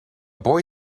boy